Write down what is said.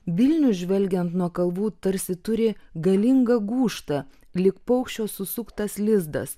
vilnius žvelgiant nuo kalvų tarsi turi galingą gūžtą lyg paukščio susuktas lizdas